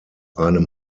einem